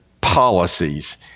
policies